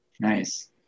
nice